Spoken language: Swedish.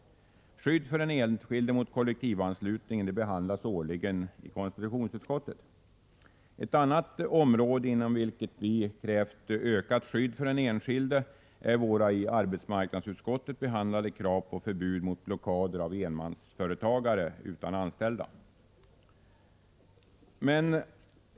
Frågan om skydd för den enskilde mot kollektivanslutning behandlas årligen av konstitutionsutskottet. Ett annat område inom vilket vi krävt ökat skydd för den enskilde gäller förbud mot blockader av enmansföretagare utan anställda. Våra krav på detta område behandlas av arbetsmarknadsutskottet.